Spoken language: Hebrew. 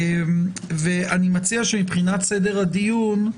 אני מציע שמבחינת סדר הדיון,